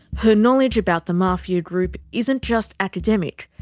her knowledge about the mafia group isn't just academic,